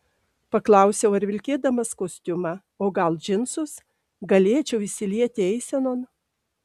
paklausiau ar vilkėdamas kostiumą o gal džinsus galėčiau įsilieti eisenon